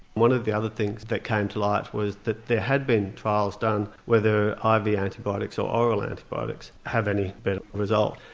one of the other things that came to light was that there had been trials done whether ah iv antibiotics or oral antibiotics have any better result.